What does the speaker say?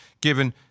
given